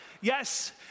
Yes